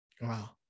Wow